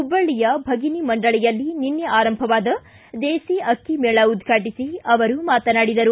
ಹುಬ್ಬಳ್ಳಯ ಭಗಿನಿ ಮಂಡಳಿಯಲ್ಲಿ ನಿನ್ನೆ ಆರಂಭವಾದ ದೇಸಿ ಅಕ್ಷಿ ಮೇಳ ಉದ್ಘಾಟಿಸಿ ಅವರು ಮಾತನಾಡಿದರು